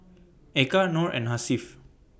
Eka Nor and Hasif